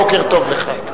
בוקר טוב לך.